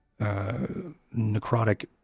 necrotic